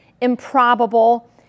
improbable